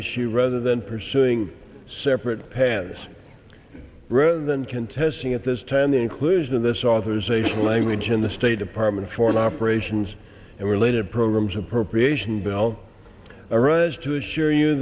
issue rather than pursuing separate hands rather than contesting at this time the inclusion of this authorization language in the state department foreign operations and related programs appropriation bill arise